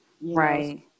Right